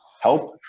help